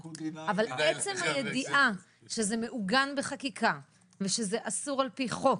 אבל עצם הידיעה שזה מעוגן בחקיקה ושזה אסור על פי חוק,